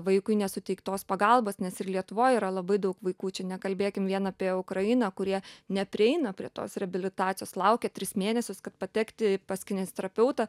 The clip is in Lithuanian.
vaikui nesuteiktos pagalbos nes ir lietuvoj yra labai daug vaikučių nekalbėkim vien apie ukrainą kurie neprieina prie tos reabilitacijos laukia tris mėnesius kad patekti pas kineziterapeutą